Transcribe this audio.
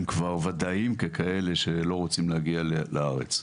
כבר ודאיים ככאלה שלא רוצים שיגיעו לארץ.